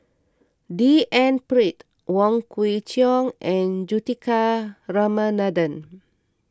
D N Pritt Wong Kwei Cheong and Juthika Ramanathan